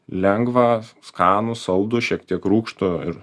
lengvą skanų saldų šiek tiek rūgštų ir